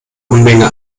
unmenge